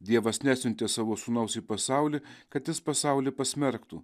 dievas nesiuntė savo sūnaus į pasaulį kad jis pasaulį pasmerktų